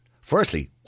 firstly